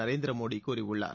நரேந்திர மோடி கூறியுள்ளார்